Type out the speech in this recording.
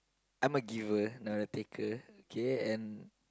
I'm a giver not a taker okay and